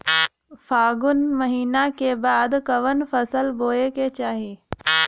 फागुन महीना के बाद कवन फसल बोए के चाही?